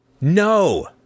no